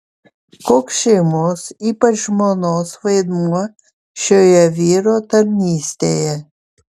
koks šeimos ypač žmonos vaidmuo šioje vyro tarnystėje